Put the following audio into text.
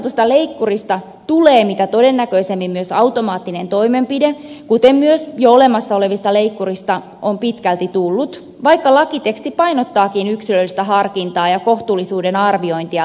tästä niin sanotusta leikkurista tulee mitä todennäköisimmin myös automaattinen toimenpide kuten myös jo olemassa olevasta leikkurista on pitkälti tullut vaikka lakiteksti painottaakin yksilöllistä harkintaa ja kohtuullisuuden arviointia leikkausta tehtäessä